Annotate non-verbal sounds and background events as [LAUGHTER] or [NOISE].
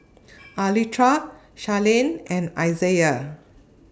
[NOISE] Anitra Charline and Isaiah